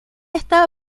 estado